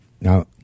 Now